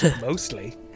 Mostly